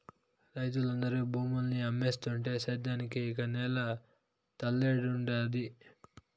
రైతులందరూ భూముల్ని అమ్మేస్తుంటే సేద్యానికి ఇక నేల తల్లేడుండాది